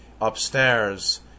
upstairs